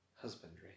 Husbandry